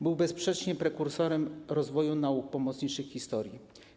Był bezsprzecznie prekursorem rozwoju nauk pomocniczych w historii.